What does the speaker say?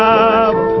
up